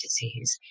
disease